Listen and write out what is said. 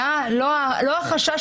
הפרטי בין תא משפחתי ולא תא משפחתי,